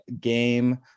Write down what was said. game